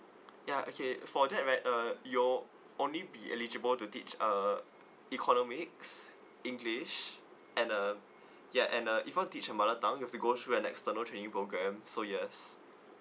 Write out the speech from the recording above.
ya okay for that right uh you're only be eligible to teach uh economics english and uh ya and uh even teach a mother tongue you'll have to go through an external training program so yes